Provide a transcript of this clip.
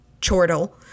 chortle